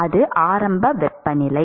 அது ஆரம்ப வெப்பநிலை